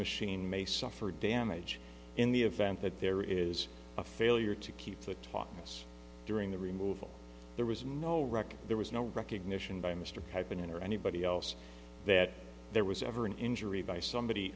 machine may suffer damage in the event that there is a failure to keep the talking us during the removal there was no record there was no recognition by mr happen in or anybody else that there was ever an injury by somebody